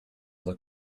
look